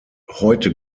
heute